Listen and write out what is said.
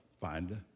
find